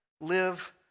live